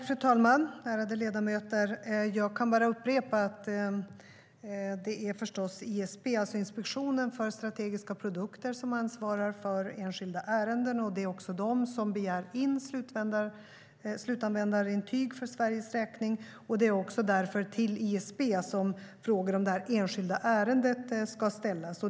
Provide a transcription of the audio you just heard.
Fru talman och ärade ledamöter! Jag kan bara upprepa att det förstås är ISP, Inspektionen för strategiska produkter, som ansvarar för enskilda ärenden, och det är den myndigheten som begär in slutanvändarintyg för Sveriges räkning. Det är därför till ISP som frågor om det enskilda ärendet ska ställas.